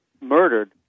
murdered